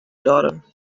daughter